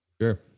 sure